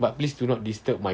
but please do not disturb my